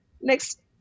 Next